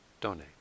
donate